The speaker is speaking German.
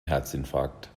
herzinfarkt